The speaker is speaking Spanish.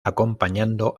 acompañando